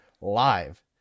live